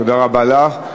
תודה רבה לך.